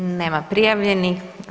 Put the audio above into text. Nema prijavljenih.